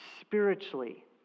spiritually